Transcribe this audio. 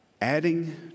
adding